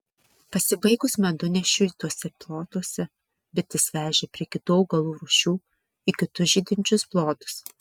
pasibaigus medunešiui tuose plotuose bites vežė prie kitų augalų rūšių į kitus žydinčius plotus